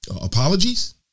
apologies